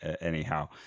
Anyhow